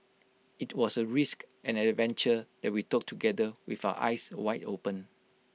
IT was A risk and an adventure that we took together with our eyes wide open